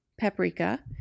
paprika